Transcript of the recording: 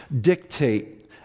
dictate